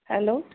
hello